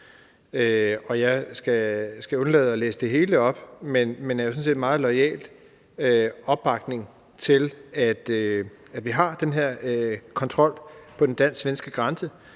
Jeg skal undlade at læse det hele op, men det er jo sådan set en meget loyal opbakning til, at vi har den her kontrol på den dansk-svenske grænse,